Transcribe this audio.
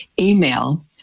Email